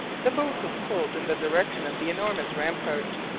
the boat was pulled in the direction of the enormous rampart,